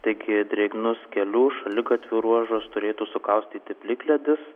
taigi drėgnus kelių šaligatvių ruožus turėtų sukaustyti plikledis